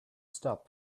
stop